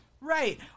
Right